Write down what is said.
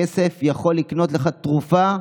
כסף יכול לקנות לך תרופה,